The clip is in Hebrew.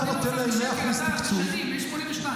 אז אני מסביר.